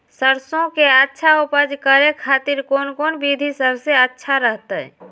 सरसों के अच्छा उपज करे खातिर कौन कौन विधि सबसे अच्छा रहतय?